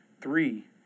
three